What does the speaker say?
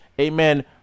amen